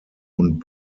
und